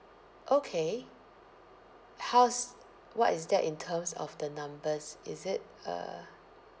okay how's what is that in terms of the numbers is it uh